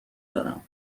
دارم